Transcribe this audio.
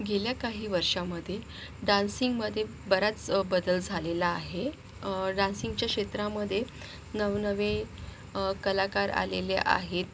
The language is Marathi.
गेल्या काही वर्षामध्ये डान्सिंगमध्ये बराच बदल झालेला आहे डान्सिंगच्या क्षेत्रामध्ये नवनवे कलाकार आलेले आहेत